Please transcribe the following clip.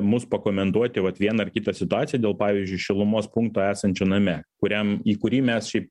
mus pakomentuoti vat vieną ar kitą situaciją dėl pavyzdžiui šilumos punkto esančio name kuriam į kurį mes šiaip